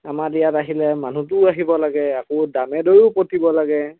আমাৰ ইয়াত আহিলে মানুহটোও আহিব লাগে আকৌ দামে দৰেও পতিব লাগে